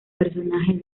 personaje